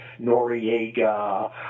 Noriega